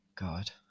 God